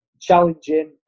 challenging